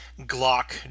Glock